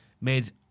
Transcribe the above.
made